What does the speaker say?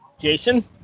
Jason